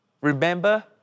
Remember